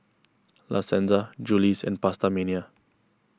La Senza Julie's and PastaMania